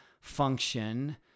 function